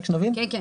כן.